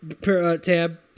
tab